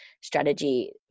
strategy